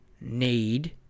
need